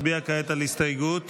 נצביע כעת על הסתייגות